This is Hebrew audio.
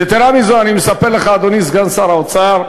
יתרה מזו, אני מספר לך, אדוני סגן שר האוצר,